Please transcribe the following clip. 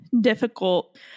difficult